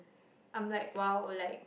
I'm like !wow! like